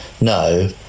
no